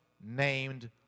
named